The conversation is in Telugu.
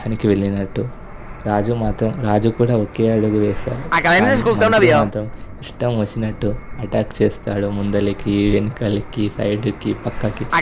యుద్ధానికి వెళ్ళినట్టు రాజు మాత్రం రాజు కూడా ఒకే అడుగు వేస్తాడు కానీ మంత్రి మాత్రం ఇష్టం వచ్చినట్టు ఎటాక్ చేస్తాడు ముందరికి వెనకలకి సైడ్కి పక్కకి